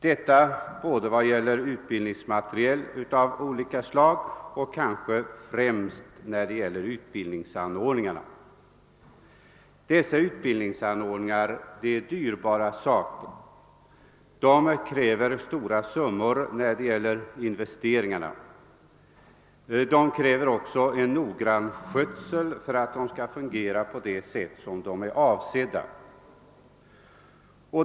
Detta gällde utbildningsmateriel av alla slag men kanske främst utbildningsanordningar. Dessa utbildningsanordningar är dyrbara saker som kräver stora investeringar och som också kräver noggrann skötsel för att fungera på det sätt som är avsett.